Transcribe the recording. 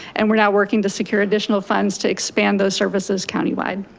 and we're now working to secure additional funds to expand those services countywide.